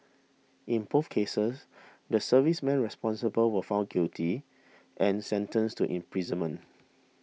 in both cases the servicemen responsible were found guilty and sentenced to imprisonment